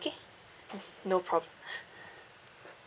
okay mm no problem